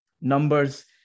numbers